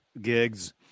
gigs